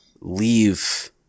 leave